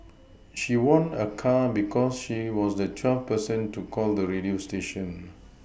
she won a car because she was the twelfth person to call the radio station